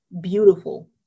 beautiful